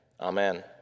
amen